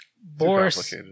Boris